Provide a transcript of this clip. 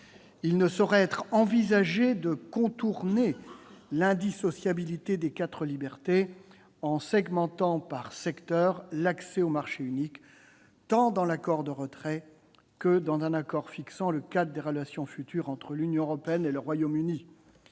Il ne saurait être envisagé de contourner l'indissociabilité des quatre libertés en segmentant par secteur l'accès au marché unique, tant dans l'accord de retrait que dans un accord fixant le cadre des relations futures entre l'Union européenne et le Royaume-Uni.